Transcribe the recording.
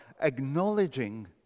acknowledging